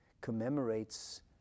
commemorates